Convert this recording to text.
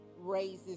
raises